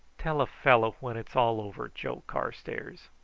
tell a fellow when it's all over, joe carstairs.